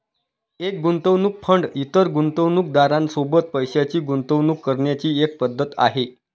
एक गुंतवणूक फंड इतर गुंतवणूकदारां सोबत पैशाची गुंतवणूक करण्याची एक पद्धत आहे